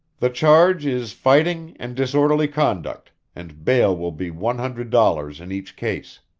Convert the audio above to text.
the charge is fighting and disorderly conduct, and bail will be one hundred dollars in each case.